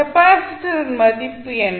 கெப்பாசிட்டரின் மதிப்பு என்ன